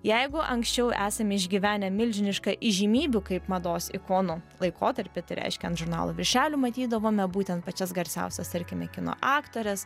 jeigu anksčiau esame išgyvenę milžinišką įžymybių kaip mados ikonų laikotarpį tai reiškia ant žurnalų viršelių atydavome būtent pačias garsiausias tarkime kino aktores